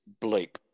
bleep